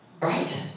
right